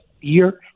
year